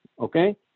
okay